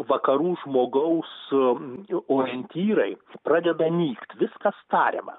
vakarų žmogaus orientyrai pradeda nykt viskas tariamą